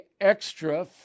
extra